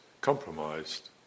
compromised